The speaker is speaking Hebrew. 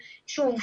שוב,